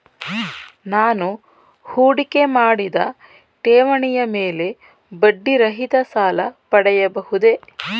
ನಾನು ಹೂಡಿಕೆ ಮಾಡಿದ ಠೇವಣಿಯ ಮೇಲೆ ಬಡ್ಡಿ ರಹಿತ ಸಾಲ ಪಡೆಯಬಹುದೇ?